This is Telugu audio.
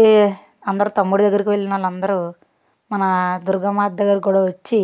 ఈ అందరు తమ్ముడు దగ్గరికి వెళ్ళిన వాళ్ళందరూ మన దుర్గామాత దగ్గరికి కూడా వచ్చి